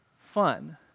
fun